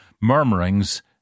murmurings